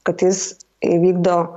kad jis įvykdo